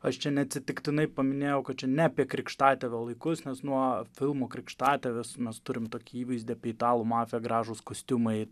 aš čia neatsitiktinai paminėjau kad čia ne apie krikštatėvio laikus nes nuo filmų krikštatėvis mes turim tokį įvaizdį italų mafija gražūs kostiumai